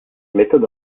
méthode